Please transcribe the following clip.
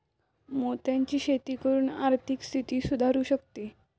मोत्यांची शेती करून आर्थिक स्थिती सुधारु शकते